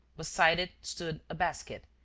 beside it stood a basket,